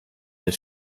the